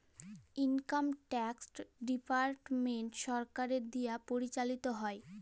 income tax department সরকারের দিয়া পরিচালিত হ্যয়